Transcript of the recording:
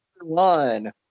one